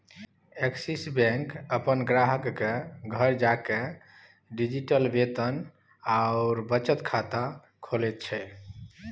axis Bank अपन ग्राहकक घर जाकए डिजिटल वेतन आओर बचत खाता खोलैत छै